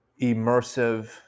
immersive